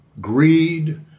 greed